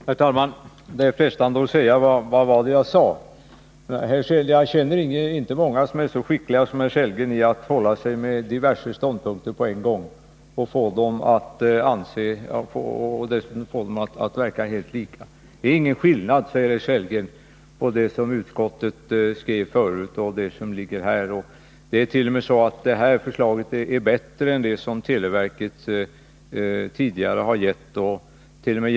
Herr talman! Det är frestande att säga: Vad var det jag sa? Jag känner inte många som är så skickliga som herr Sellgren på att hålla sig med diverse ståndpunkter på en och samma gång och få dem att verka helt lika. Det är ingen skillnad, säger herr Sellgren, mellan det som utskottet skrev tidigare och det förslag som i dag föreligger. Det är t.o.m. så, att det här förslaget är bättre än det som televerket tidigare framlagt, och t. o .m.